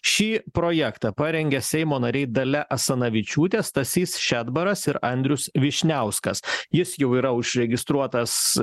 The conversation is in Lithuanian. šį projektą parengė seimo nariai dalia asanavičiūtė stasys šedbaras ir andrius vyšniauskas jis jau yra užregistruotas